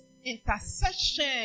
intercession